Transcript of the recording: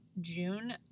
June